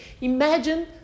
Imagine